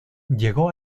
llegó